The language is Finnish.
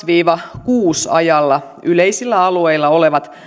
viiva kuudella ajalla yleisillä alueilla olevat